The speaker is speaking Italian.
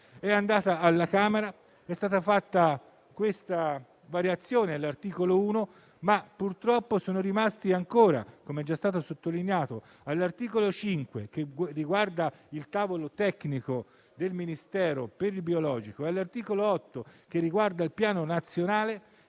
è andato alla Camera ed è stata fatta una modifica all'articolo 1, ma purtroppo - com'è già stato sottolineato - all'articolo 5, che riguarda il tavolo tecnico del Ministero per il biologico, e all'articolo 8, che riguarda il piano nazionale,